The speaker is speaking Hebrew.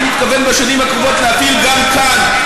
אני מתכוון בשנים הקרובות להפעיל גם כאן.